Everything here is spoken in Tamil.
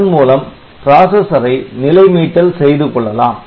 அதன்மூலம் பிராசஸரை நிலை மீட்டல் செய்து கொள்ளலாம்